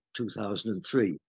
2003